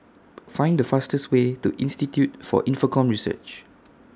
Find The fastest Way to Institute For Infocomm Research